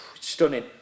stunning